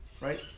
Right